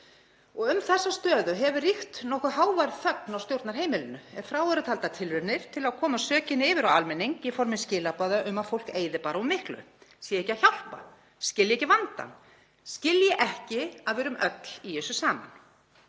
Um þessa stöðu hefur ríkt nokkuð hávær þögn á stjórnarheimilinu ef frá eru taldar tilraunir til að koma sökinni yfir á almenning í formi skilaboða um að fólk eyði bara miklu, sé ekki að hjálpa, skilji ekki vandann, skilji ekki að við erum öll í þessu saman.